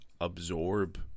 absorb